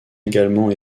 également